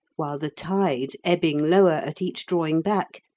while the tide, ebbing lower at each drawing back,